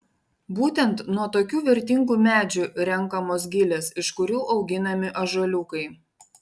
būtent nuo tokių vertingų medžių renkamos gilės iš kurių auginami ąžuoliukai